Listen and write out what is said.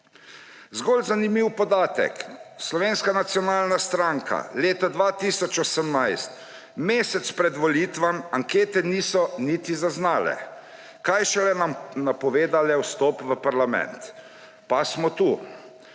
Zgolj zanimiv podatek, Slovenske nacionalne stranke leta 2018 mesec pred volitvami ankete niso niti zaznale, kaj šele napovedale vstop v parlament. Pa smo tu.